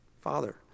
Father